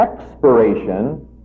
expiration